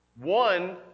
One